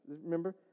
remember